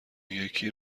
یکی